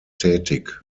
tätig